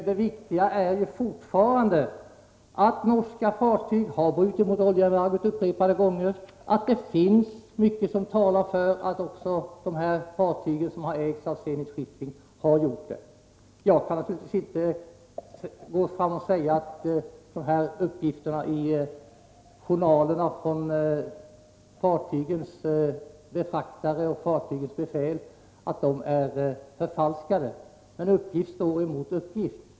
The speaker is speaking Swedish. Det viktiga är fortfarande att norska fartyg upprepade Nr 66 gånger har brutit mot oljeembargot och att det finns mycket som talar för att Tisdagen den också de fartyg som har ägts av Zenit Shipping har gjort det. Jag kan 24 januari 1984 naturligtvis inte säga att uppgifterna i journalerna från fartygens befraktare och befäl är förfalskade, men uppgift står mot uppgift.